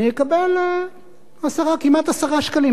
אני אקבל כמעט 10 שקלים.